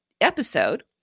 episode